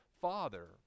father